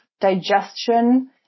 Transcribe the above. digestion